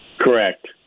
Correct